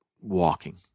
walking